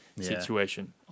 situation